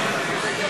ומי לא טיפל?